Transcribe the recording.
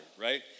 right